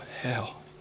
hell